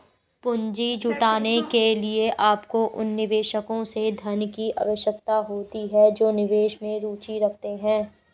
पूंजी जुटाने के लिए, आपको उन निवेशकों से धन की आवश्यकता होती है जो निवेश में रुचि रखते हैं